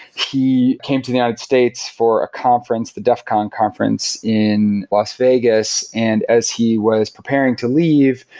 he came to the united states for a conference, the defcon conference in las vegas and as he was preparing to leave,